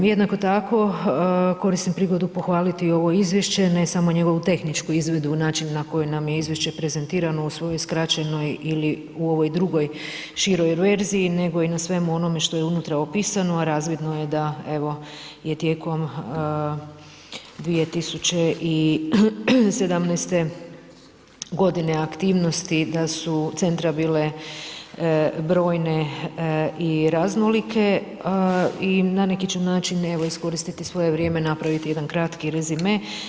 Jednako tako koristim prigodu pohvaliti ovo izvješće ne samo njegovu tehničku izvedbu, način na koji nam je izvješće prezentirano u svojoj skraćenoj ili u ovoj drugoj široj verziji nego i na svemu onome što je unutra opisano, a razvidno je da evo je tijekom 2017. godine aktivnosti da su centra bile brojne i raznolike i na neki ću način evo iskoristiti svoje vrijeme napraviti jedan kratki rezime.